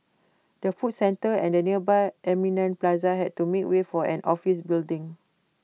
the food centre and the nearby Eminent plaza had to make way for an office building